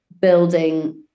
building